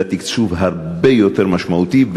אלא תקצוב הרבה יותר משמעותי,